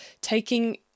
taking